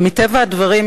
מטבע הדברים,